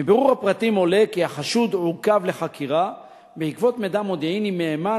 מבירור הפרטים עולה כי החשוד עוכב לחקירה בעקבות מידע מודיעיני מהימן